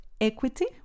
equity